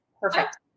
perfect